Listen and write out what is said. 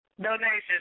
Donations